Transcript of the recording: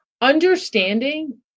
understanding